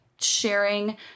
sharing